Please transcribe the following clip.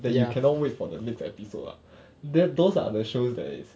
that you cannot wait for the next episode ah there those are the shows that is